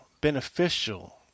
beneficial